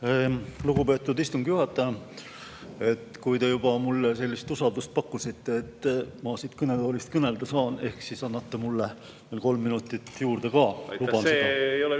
Lugupeetud istungi juhataja! Kui te juba mulle sellist usaldust pakkusite, et ma siit kõnetoolist kõnelda saan, ehk annate mulle kolm minutit juurde ka. See ei ole minu